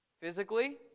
Physically